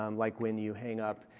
um like when you hang up